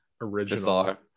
original